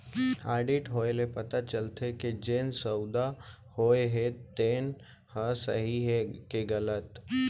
audit होए ले पता चलथे के जेन सउदा होए हे तेन ह सही हे के गलत